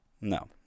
No